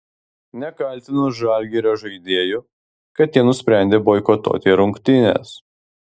nekaltinu žalgirio žaidėjų kad jie nusprendė boikotuoti rungtynes